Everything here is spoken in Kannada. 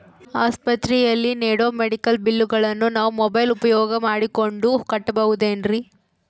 ಆಸ್ಪತ್ರೆಯಲ್ಲಿ ನೇಡೋ ಮೆಡಿಕಲ್ ಬಿಲ್ಲುಗಳನ್ನು ನಾವು ಮೋಬ್ಯೆಲ್ ಉಪಯೋಗ ಮಾಡಿಕೊಂಡು ಕಟ್ಟಬಹುದೇನ್ರಿ?